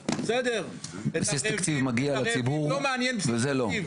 בסדר, את הרעבים לא מעניין בסיס התקציב.